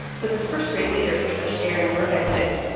was a first-rate leader for such daring work as this,